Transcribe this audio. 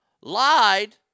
lied